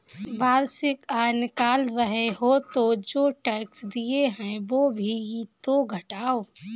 वार्षिक आय निकाल रहे हो तो जो टैक्स दिए हैं वो भी तो घटाओ